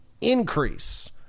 increase